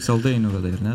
saldainių radai ar ne